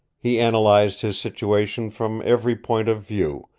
he analyzed his situation from every point of view,